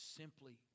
simply